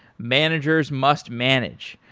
managers must manage.